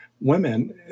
women